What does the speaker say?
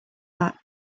that